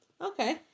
Okay